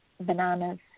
bananas